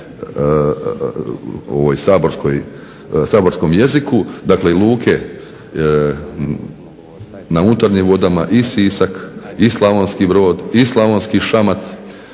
saborskom jeziku, dakle luke na unutarnjim vodama i Sisak, i Slavonski Brod i Slavonski Šamac